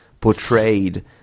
portrayed